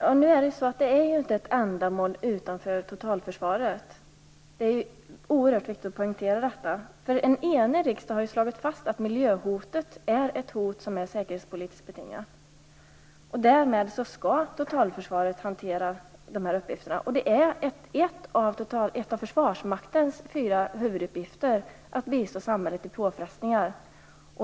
Fru talman! Det är inte fråga om ett ändamål utanför totalförsvaret. Det är oerhört viktigt att poängtera detta. En enig riksdag har slagit fast att miljöhotet är säkerhetspolitiskt betingat. Därmed skall totalförsvaret hantera dessa uppgifter. Ett av Försvarsmaktens fyra huvuduppgifter är att bistå samhället vid påfrestningar.